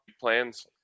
plans